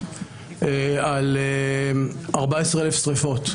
על 14,000 שריפות.